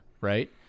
right